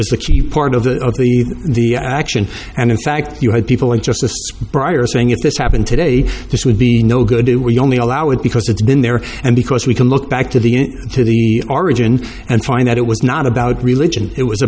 actually part of the of the the action and in fact you had people in just prior saying if this happened today this would be no good we only allow it because it's been there and because we can look back to the to the origin and find that it was not about religion it was